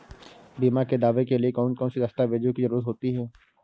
बीमा के दावे के लिए कौन कौन सी दस्तावेजों की जरूरत होती है?